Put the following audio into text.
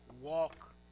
walk